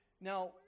Now